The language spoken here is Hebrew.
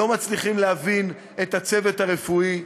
לא מצליחים להבין את הצוות הרפואי,